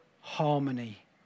harmony